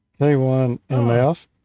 K1MF